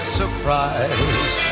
surprise